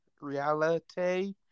Reality